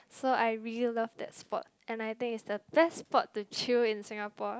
so I really love that spot and I think is the best spot to chew in Singapore